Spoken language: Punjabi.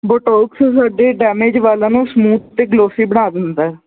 ਬਟੋਕਸ ਸਾਡੇ ਡੈਮੇਜ ਵਾਲਾਂ ਨੂੰ ਸਮੂਥ ਅਤੇ ਗਲੋਸੀ ਬਣਾ ਦਿੰਦਾ